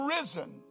risen